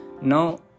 Now